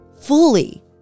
fully